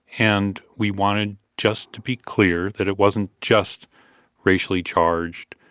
and we wanted, just to be clear, that it wasn't just racially charged,